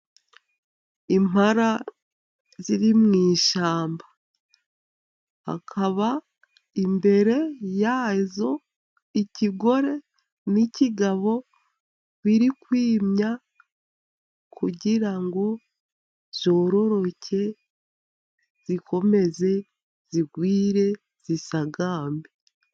Impara ziri mu ishyamba akaba imbere yazo ikigore n'ingabo biri kwimya kugira ngo zororoke zikomeze zigwire zisagambe.